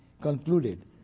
concluded